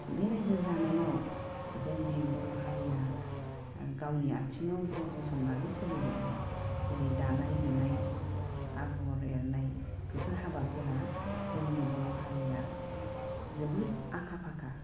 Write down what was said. बे रायजो जानायाव जोंनि बर' हारिया गावनि आथिङाव गाव गसंनानै सोलिबोदों जेरै दानाय लुनाय आग'र एरनाय बेफोर हाबाफोरा जोंनि बर' हारिया जोबोद आखा फाखा